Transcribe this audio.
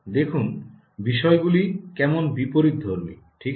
দেখুন বিষয়গুলো কেমন বিপরীত ধর্মী ঠিক আছে